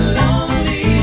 lonely